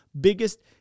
biggest